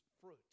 fruit